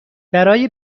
برای